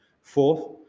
Fourth